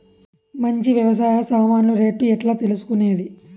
మంచి వ్యవసాయ సామాన్లు రేట్లు ఎట్లా తెలుసుకునేది?